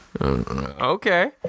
Okay